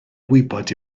gwybod